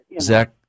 Zach